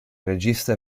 regista